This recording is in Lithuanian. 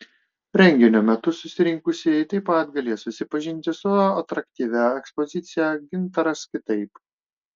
renginio metu susirinkusieji taip pat galės susipažinti su atraktyvia ekspozicija gintaras kitaip